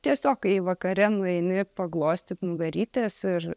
tiesiog kai vakare nueini paglostyt nugarytės ir